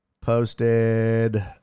Posted